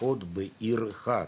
לפחות בעיר אחת.